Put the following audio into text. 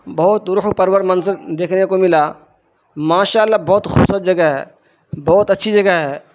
بہت روح پرور منظر دیکھنے کو ملا ماشاء اللہ بہت خوبصورت جگہ ہے بہت اچھی جگہ ہے